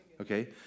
Okay